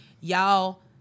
y'all